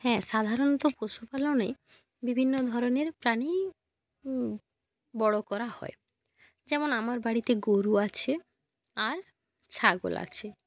হ্যাঁ সাধারণত পশুপালনে বিভিন্ন ধরনের প্রাণীই বড়ো করা হয় যেমন আমার বাড়িতে গরু আছে আর ছাগল আছে